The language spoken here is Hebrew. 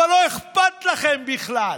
אבל לא אכפת לכם בכלל.